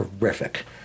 terrific